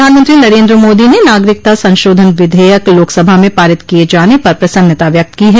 प्रधानमंत्री नरेन्द्र मोदी ने नागरिकता संशोधन विधेयक लोकसभा में पारित किए जाने पर प्रसन्नता व्यक्त की है